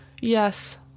Yes